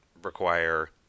require